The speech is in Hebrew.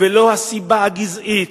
ולא הסיבה הגזעית,